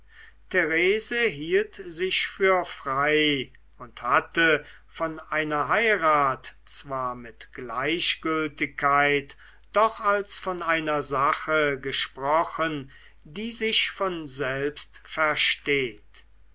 therese hielt sich für frei und hatte von einer heirat zwar mit gleichgültigkeit doch als von einer sache gesprochen die sich von selbst versteht